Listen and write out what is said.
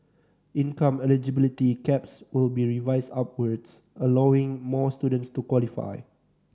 income eligibility caps will be revised upwards allowing more students to qualify